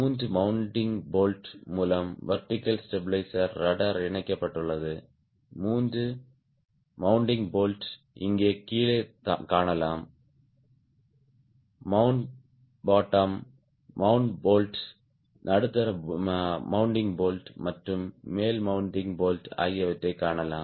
மூன்று mounting bolt மூலம் vertical stabiliser rudder இணைக்கப்பட்டுள்ளது மூன்று மெண்ட்டிங் போல்ட்களை இங்கே கீழே காணலாம் மவுண்ட் பாட்டம் மெண்ட்டிங் போல்ட் நடுத்தர மெண்ட்டிங் போல்ட் மற்றும் மேல் மெண்ட்டிங் போல்ட் ஆகியவற்றைக் காணலாம்